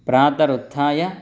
प्रातरुत्थाय